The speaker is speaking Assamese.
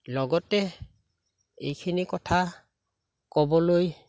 লগতে এইখিনি কথা ক'বলৈ